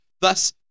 thus